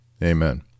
amen